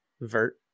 vert